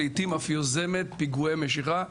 לעיתים אף יוזמת פיגועי משיכה.